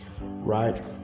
right